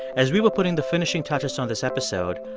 as we were putting the finishing touches on this episode,